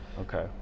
okay